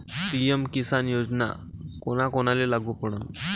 PM Kisan Yojana कोना कोनाले लागू पडन?